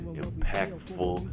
impactful